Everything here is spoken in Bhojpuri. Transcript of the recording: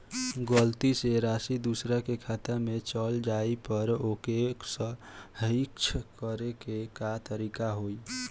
गलती से राशि दूसर के खाता में चल जइला पर ओके सहीक्ष करे के का तरीका होई?